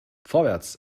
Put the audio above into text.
vorwärts